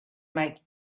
make